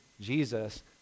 Jesus